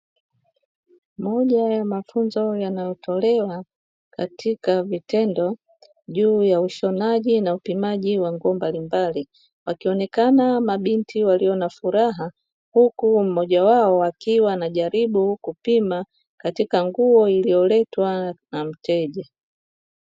Moja ya mafunzo yanayotolewa katika vitendo, juu ya ushonaji na upimaji wa nguo mbalimbali, wakionekana mabinti walio na furaha huku mmoja wao akijaribu kupima, katika nguo iliyoletwa na mteja.